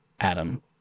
Adam